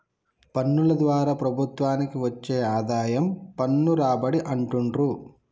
పన్నుల ద్వారా ప్రభుత్వానికి వచ్చే ఆదాయం పన్ను రాబడి అంటుండ్రు